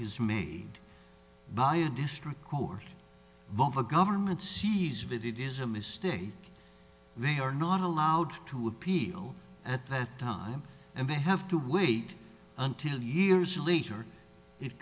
his made by a district vote for government sees of it it is a mistake they are not allowed to appeal at that time and they have to wait until years later it